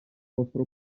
vostra